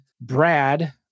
Brad